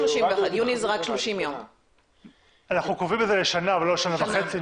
אנחנו קובעים את זה לשנה ולא לשנה וחצי,